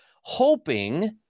hoping